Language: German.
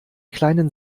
kleinen